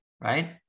right